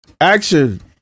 Action